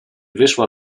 wyszła